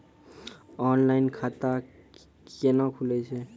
Online खाता केना खुलै छै?